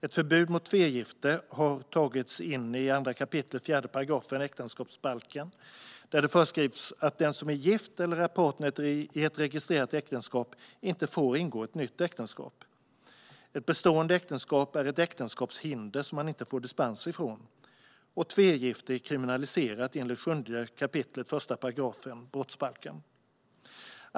Ett förbud mot tvegifte har tagits in i 2 kap. 4 § äktenskapsbalken, där det föreskrivs att den som är gift eller är partner i ett registrerat partnerskap inte får ingå nytt äktenskap. Ett bestående äktenskap är ett äktenskapshinder som man inte kan få dispens ifrån. Tvegifte är kriminaliserat enligt 7 kap. 1 § brottsbalken.